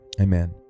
amen